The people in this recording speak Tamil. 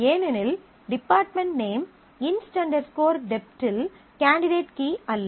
ஏனெனில் department name inst dept inst dept இல் கேண்டிடேட் கீ அல்ல